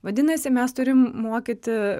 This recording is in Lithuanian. vadinasi mes turim mokyti